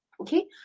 okay